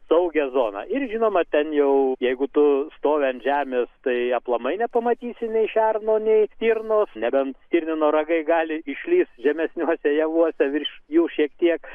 saugią zoną ir žinoma ten jau jeigu tu stovi ant žemės tai aplamai nepamatysi nei šerno nei stirnos nebent stirnino ragai gali išlįst žemesniuosiuose javuose virš jų šiek tiek